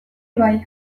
bai